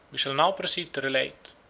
we shall now proceed to relate,